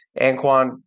Anquan